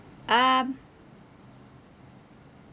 um